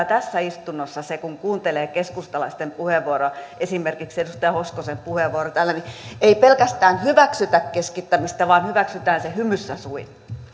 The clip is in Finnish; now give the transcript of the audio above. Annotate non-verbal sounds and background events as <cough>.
<unintelligible> tässä istunnossa se kun kuuntelee keskustalaisten puheenvuoroja esimerkiksi edustaja hoskosen puheenvuoroa että ei pelkästään hyväksytä keskittämistä vaan hyväksytään se hymyssä suin